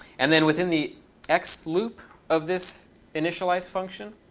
and then within the x loop of this initialize function,